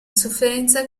sofferenza